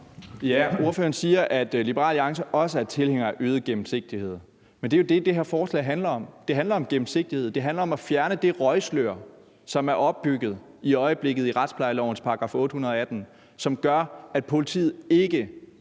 Ordføreren siger, at Liberal Alliance også er tilhænger af øget gennemsigtighed, men det er jo det, det her forslag handler om. Det handler om gennemsigtighed. Det handler om at fjerne det røgslør, som ligger i retsplejelovens § 818, og som gør, at politiet ikke